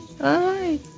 Hi